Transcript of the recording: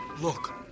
look